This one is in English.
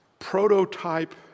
prototype